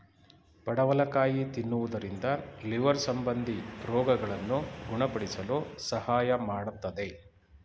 ಪಡವಲಕಾಯಿ ತಿನ್ನುವುದರಿಂದ ಲಿವರ್ ಸಂಬಂಧಿ ರೋಗಗಳನ್ನು ಗುಣಪಡಿಸಲು ಸಹಾಯ ಮಾಡತ್ತದೆ